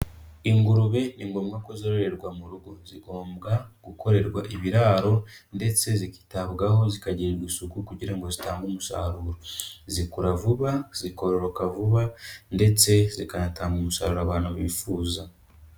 Ingurube ni ngombwa ko zororerwa mu rugo. Zigomba gukorerwa ibiraro ndetse zikitabwaho, zikagirirwa isuku kugira ngo zitange umusaruro. Zikura vuba, zikororoka vuba ndetse zikanatanga umusaruro abantu bifuza.